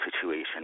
situation